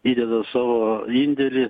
įdeda savo indėlį